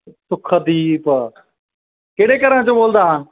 ਸੁੱਖਦੀਪ ਕਿਹੜੇ ਘਰਾਂ 'ਚੋਂ ਬੋਲਦਾ